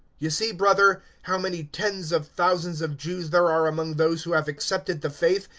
you see, brother, how many tens of thousands of jews there are among those who have accepted the faith,